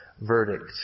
verdict